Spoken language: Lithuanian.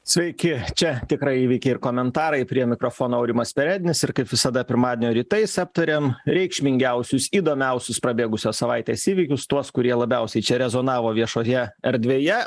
sveiki čia tikrai įvykiai ir komentarai prie mikrofono aurimas perednis ir kaip visada pirmadienio rytais aptariam reikšmingiausius įdomiausius prabėgusios savaitės įvykius tuos kurie labiausiai čia rezonavo viešoje erdvėje